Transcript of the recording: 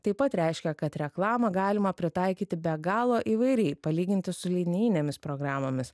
taip pat reiškia kad reklamą galima pritaikyti be galo įvairiai palyginti su linijinėmis programomis